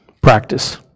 Practice